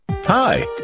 Hi